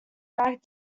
back